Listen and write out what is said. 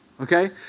okay